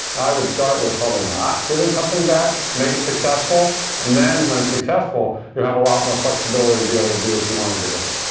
and i would start with probably not giving something back, make it successful and then when it's successful you'll have a lot more flexibility to be able to do what you want to do with it.